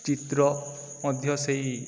ଚିତ୍ର ମଧ୍ୟ ସେଇ